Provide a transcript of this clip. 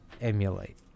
emulate